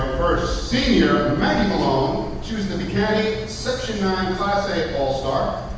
senior maggie malone, she was the bcany section nine class a all-star,